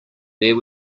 there